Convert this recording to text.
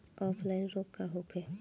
Offline रोग का होखे?